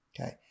Okay